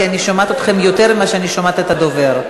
כי אני שומעת אתכם יותר ממה שאני שומעת את הדובר.